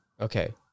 Okay